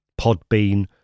Podbean